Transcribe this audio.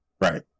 Right